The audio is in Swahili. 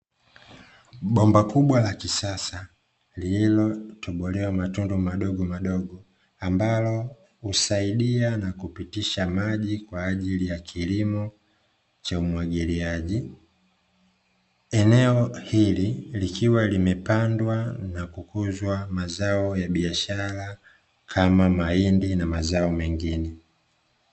Bomba kubwa la kisasa lililotobolewa matundu madogomadogo ambalo husaidia na kupitisha maji kwa ajili ya kilimo cha umwagiliaji, eneo hili likiwa limepandwa na kukuzwa mazao ya biashara kama mahindi na mazao mengine.